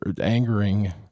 angering